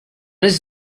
his